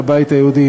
הבית היהודי,